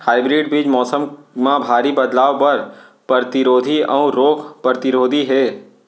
hybrid बीज मौसम मा भारी बदलाव बर परतिरोधी अऊ रोग परतिरोधी हे